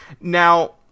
Now